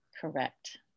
Correct